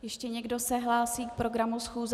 Ještě někdo se hlásí k programu schůze?